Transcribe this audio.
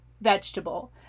vegetable